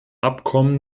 abkommen